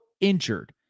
injured